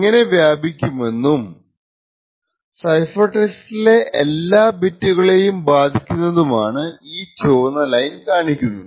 എങ്ങനെ വ്യാപിക്കുമെന്നതും സൈഫർ ടെക്സ്റ്റിലെ എല്ലാ ബിറ്റുകളെയും ബാധിക്കുന്നതുമാണ് ഈ ചുവന്ന ലൈൻസ് കാണിക്കുന്നത്